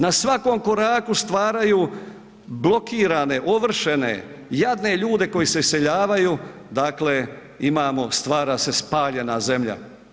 Na svakom koraku stvaraju blokirane, ovršene, jadne ljude koji se iseljavaju, dakle imamo, stvara se spaljena zemlja.